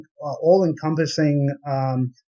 all-encompassing